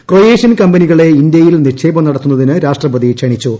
Croatian കമ്പനികളെ ഇന്ത്യയിൽ നിക്ഷേപം നടത്തുന്നതിന് രാഷ്ട്രപതി ക്ഷണിച്ചു